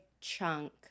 chunk